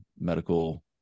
medical